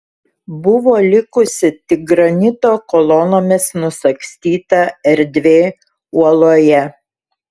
buvo likusi tik granito kolonomis nusagstyta erdvė uoloje